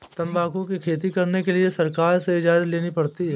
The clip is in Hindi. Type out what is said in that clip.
तंबाकू की खेती करने के लिए सरकार से इजाजत लेनी पड़ती है